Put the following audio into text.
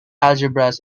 algebras